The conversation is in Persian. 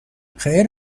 خیر